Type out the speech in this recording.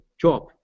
job